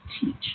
teach